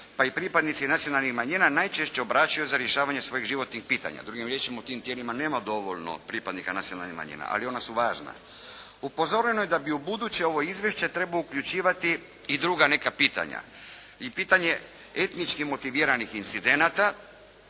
pa i pripadnici nacionalnih manjina najčešće obraćaju za rješavanje svojih životnih pitanja. Drugim riječima, u tim tijelima nema dovoljno pripadnika nacionalnih manjina ali ona su važna. Upozoreno je da bi ubuduće ovo izvješće trebalo uključivati i druga neka pitanja, i pitanje etnički motiviranih incidenata